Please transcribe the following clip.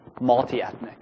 multi-ethnic